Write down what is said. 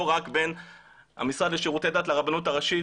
רק בין המשרד לשירותי דת לרבנות הראשית,